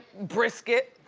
brisket,